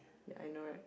ya I know right